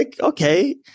okay